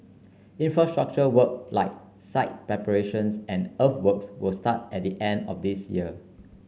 infrastructure work like site preparations and earthworks will start at the end of this year